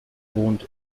wohnt